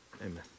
amen